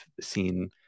seen